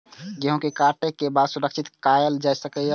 गेहूँ के काटे के बाद सुरक्षित कायल जाय?